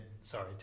sorry